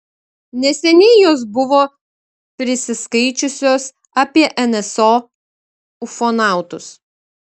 neseniai jos buvo prisiskaičiusios apie nso ufonautus